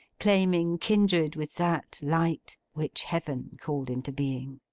claiming kindred with that light which heaven called into being.